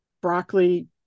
broccoli